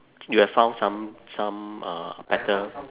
you have found some some uh better